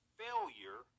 failure